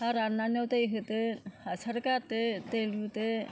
हा राननायाव नों दै होदो हासार गारदो दै लुदो